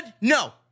No